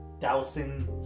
dousing